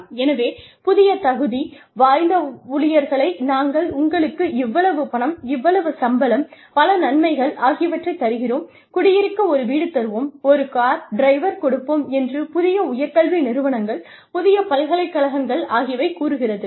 எனவே புதிய தகுதி வாய்ந்த ஊழியர்களை நாங்கள் உங்களுக்கு இவ்வளவு பணம் இவ்வளவு சம்பளம் பல நன்மைகள் ஆகியவற்றை தருகிறோம் குடியிருக்க ஒரு வீடு தருவோம் ஒரு கார் டிரைவர் கொடுப்போம் என்று புதிய உயர் கல்வி நிறுவனங்கள் புதிய பல்கலைக்கழகங்கள் ஆகியவை கூறுகிறது